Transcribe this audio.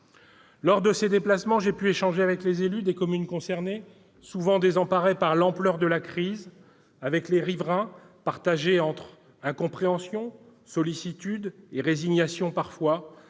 Lors de ces déplacements, j'ai pu échanger avec les élus des communes concernées, souvent désemparés devant l'ampleur de la crise, avec les riverains, partagés entre incompréhension, sollicitude et résignation parfois,